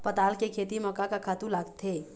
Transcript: पताल के खेती म का का खातू लागथे?